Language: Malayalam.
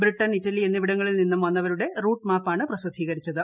ബ്രിട്ട്ൻ ഇറ്റലി എന്നിവിടങ്ങളിൽ നിന്നും വന്നവരുടെ റൂട്ട്മാപ്പാണ്ട് പ്രസിദ്ധീകരിച്ചത്